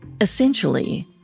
Essentially